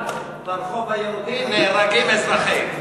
גם ברחוב היהודי נהרגים אזרחים.